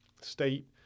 state